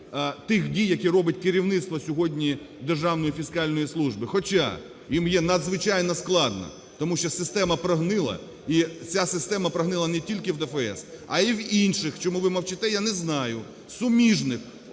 тих дій, які робить керівництво сьогодні Державної фіскальної служби. Хоча їм є надзвичайно складно, тому що система прогнила, і ця система прогнила не тільки в ДФС, а й в інших – чому ви мовчите, я не знаю – суміжних